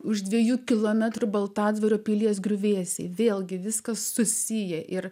už dviejų kilometrų baltadvario pilies griuvėsiai vėlgi viskas susiję ir